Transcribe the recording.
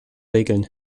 regeln